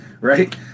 right